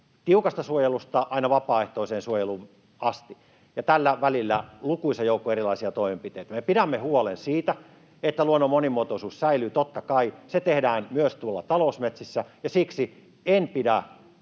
tiukasta suojelusta aina vapaaehtoiseen suojeluun asti, ja tällä välillä on lukuisa joukko erilaisia toimenpiteitä. Me pidämme huolen siitä, että luonnon monimuotoisuus säilyy, totta kai, se tehdään myös tuolla talousmetsissä, ja siksi en pidä